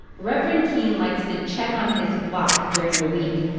reverend keen likes to check on his flock during the week.